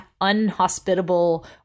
unhospitable